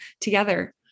together